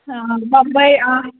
हँ हँ बम्बइ आम